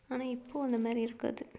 ஆனால் இப்போ அந்த மாதிரி இருக்காது